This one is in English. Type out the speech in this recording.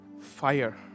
fire